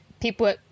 people